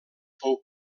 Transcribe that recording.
fou